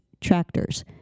tractors